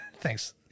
thanks